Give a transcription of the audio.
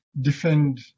defend